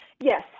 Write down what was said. Yes